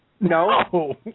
no